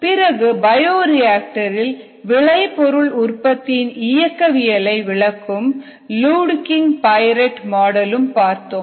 பிறகு பயோரியாக்டரில் விளைபொருள் உற்பத்தியின் இயக்கவியலை விளக்கும் லுடுகிங் பைரேட் மாடல் பார்த்தோம்